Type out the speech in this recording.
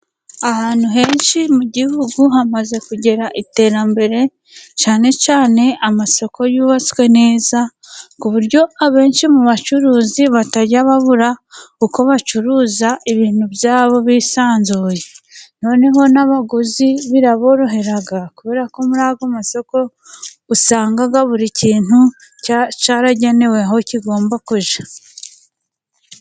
Ahantu henshi mu gihugu hamaze kugera iterambere, cyane cyane amasoko yubatswe neza, ku buryo abenshi mu bacuruzi batajya babura uko bacuruza ibintu byabo bisanzuye, noneho n'abaguzi biraborohera kubera ko muri ayo masoko usanga buri kintu cyaragenewe aho kigomba kujya.